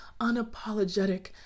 unapologetic